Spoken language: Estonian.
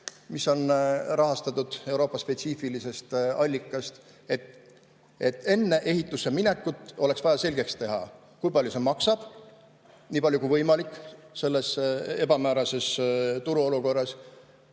mis on rahastatud Euroopa spetsiifilisest allikast. Enne ehitusse minekut oleks vaja selgeks teha, kui palju see maksab – nii palju kui võimalik selles ebamäärases turuolukorras